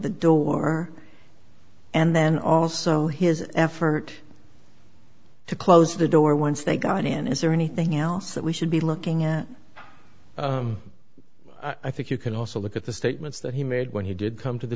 the door and then also his effort to close the door once they got in is there anything else that we should be looking at i think you can also look at the statements that he made when he did come to the